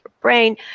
brain